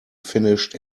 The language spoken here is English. finished